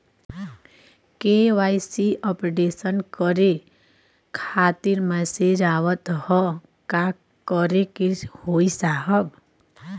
KYC updation करें खातिर message आवत ह का करे के होई साहब?